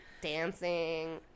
dancing